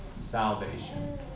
salvation